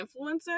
influencer